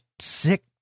sick